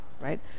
right